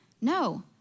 No